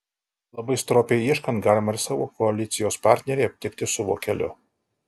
labai stropiai ieškant galima ir savo koalicijos partnerį aptikti su vokeliu